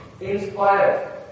inspired